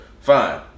fine